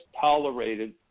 tolerated